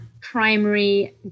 primary